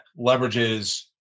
leverages